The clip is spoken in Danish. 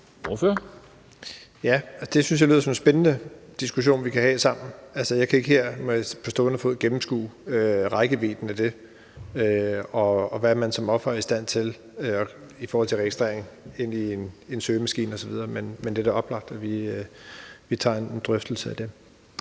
jeg lyder som en spændende diskussion, vi kan have sammen. Jeg kan ikke her på stående fod gennemskue rækkevidden af det, altså hvad man som offer er i stand til i forhold til registrering ind i en søgemaskine osv. Men det er da oplagt, at vi tager en drøftelse af det.